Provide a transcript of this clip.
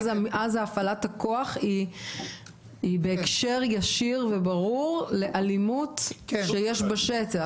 אז הפעלת הכוח היא בהקשר ישיר וברור לאלימות שיש בשטח.